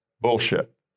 bullshit